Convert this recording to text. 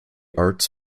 arts